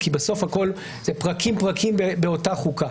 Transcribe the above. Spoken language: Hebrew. כי בסוף הכול פרקים פרקים באותה חוקה.